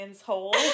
Hole